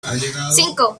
cinco